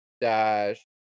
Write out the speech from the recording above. dash